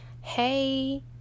Hey